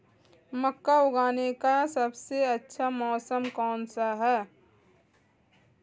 मक्का उगाने का सबसे अच्छा मौसम कौनसा है?